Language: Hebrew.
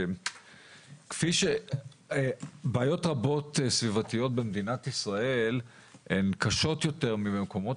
כפי שבעיות רבות סביבתיות במדינת ישראל הן קשות יותר מבמקומות